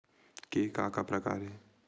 के का का प्रकार हे?